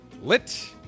lit